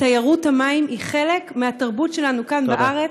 תיירות המים היא חלק מהתרבות שלנו כאן בארץ.